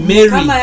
Mary